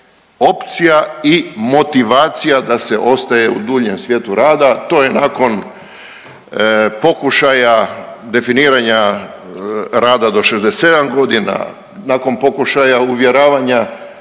opcija i motivacija da se ostaje u duljem svijetu rada, to je nakon pokušaja definiranja rada do 67 godina, nakon pokušaja uvjeravanja